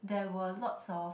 there were lots of